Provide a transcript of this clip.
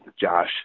Josh